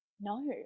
No